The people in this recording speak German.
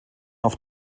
auf